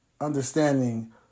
understanding